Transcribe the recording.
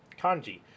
Kanji